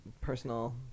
personal